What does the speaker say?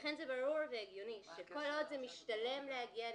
ולכן זה ברור והגיוני שכל עוד זה משתלם להגיע לישראל,